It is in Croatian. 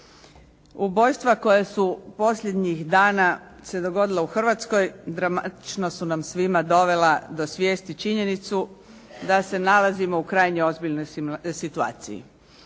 Ubojstva koja su posljednjih dana se dogodila u Hrvatskoj dramatično su nam svima dovela do svijesti činjenicu da se nalazimo u krajnje ozbiljnoj situaciji.